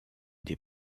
des